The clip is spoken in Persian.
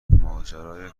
ماجرای